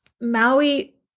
Maui